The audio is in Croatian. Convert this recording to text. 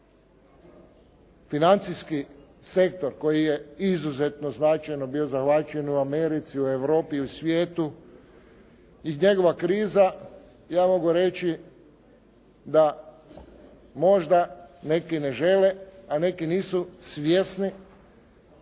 Financijski sektor koji je izuzetno značajno bio zahvaćen u Americi, Europi i u svijetu i njegova kriza, ja mogu reći da možda neki ne žele, a neki nisu svjesni